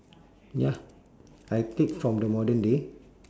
ya I take from the modern day